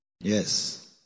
Yes